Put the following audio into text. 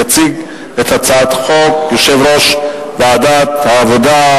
יציג את הצעת החוק יושב-ראש ועדת העבודה,